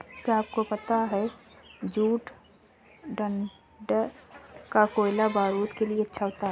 क्या आपको पता है जूट डंठल का कोयला बारूद के लिए अच्छा होता है